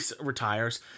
retires